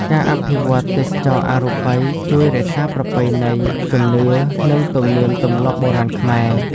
ការអភិវឌ្ឍទេសចរណ៍អរូបី ជួយរក្សារប្រពៃណីជំនឿ និងទំនៀមទម្លាប់បុរាណខ្មែរ។